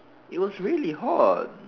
it was really hot